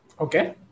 Okay